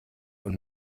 und